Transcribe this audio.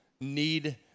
need